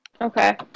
Okay